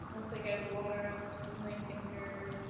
looks like i have water on the tips of my finger.